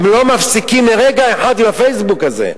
הם לא מפסיקים לרגע אחד עם ה"פייסבוק" הזה.